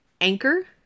Anchor